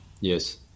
Yes